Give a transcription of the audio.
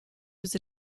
was